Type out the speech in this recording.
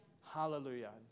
Hallelujah